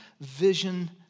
vision